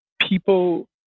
people